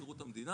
שירות המדינה,